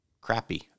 crappy